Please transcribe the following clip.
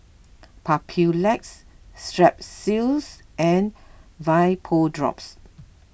Papulex Strepsils and Vapodrops